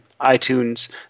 iTunes